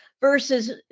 Versus